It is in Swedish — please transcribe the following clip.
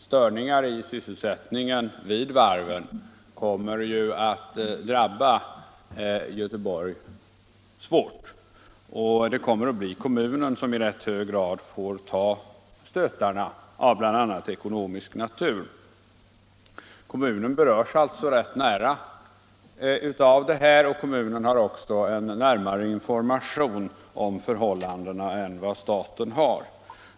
Störningar i sysselsättningen vid varven kommer ju att drabba Göteborg, och det blir kommunen som i rätt hög grad får ta stötarna av bl.a. ekonomisk natur. Kommunen berörs alltså ganska nära av detta, och kommunen har också närmare information om förhållandena än vad staten har.